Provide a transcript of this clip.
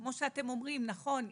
כמו שאתם אומרים נכון,